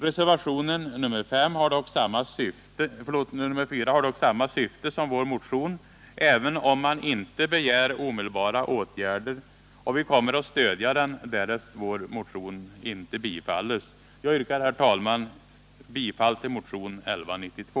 Reservationen 4 har dock samma syfte som vår motion, även om man där inte begär omedelbara åtgärder, och vi kommer att stödja den, därest vår motion inte bifalles. Jag yrkar, herr talman, bifall till motionen 1192.